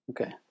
Okay